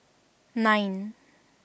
nine